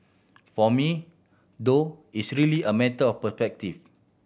for me though it's really a matter of